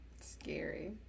Scary